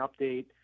update